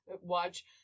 watch